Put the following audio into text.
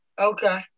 Okay